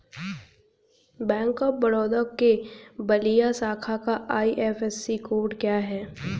Bank of Baroda के बलिया शाखा का आई.एफ.एस.सी कोड क्या है?